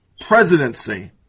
presidency